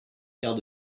quarts